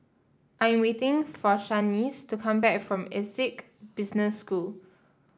I am waiting for Shaniece to come back from Essec Business School